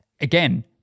again